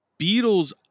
Beatles